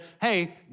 hey